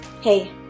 Hey